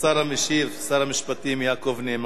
השר המשיב, שר המשפטים יעקב נאמן.